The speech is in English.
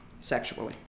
sexually